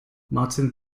martin